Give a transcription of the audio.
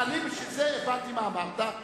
בשביל זה אני הבנתי מה אמרת,